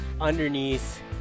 underneath